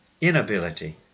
inability